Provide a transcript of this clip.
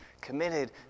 Committed